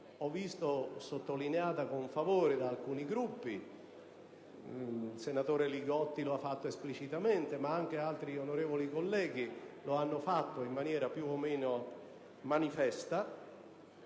ho visto sottolineata con favore da alcuni Gruppi - il senatore Li Gotti lo ha fatto esplicitamente, ma anche altri onorevoli colleghi lo hanno fatto in maniera più o meno manifesta